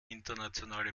internationale